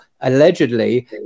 allegedly